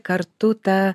kartu ta